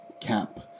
cap